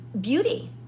beauty